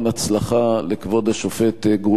הצלחה לכבוד השופט גרוניס,